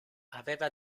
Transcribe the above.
aveva